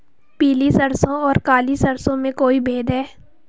पीली सरसों और काली सरसों में कोई भेद है?